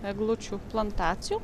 eglučių plantacijų